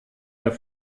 der